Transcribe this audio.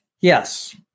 Yes